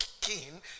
king